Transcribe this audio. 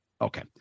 Okay